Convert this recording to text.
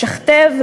לשכתב,